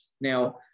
Now